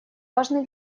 важный